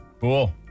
Cool